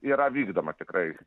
yra vykdoma tikrai